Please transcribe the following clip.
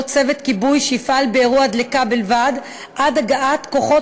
צוות כיבוי שיפעל באירוע דלקה בלבד עד הגעת כוחות